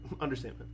Understand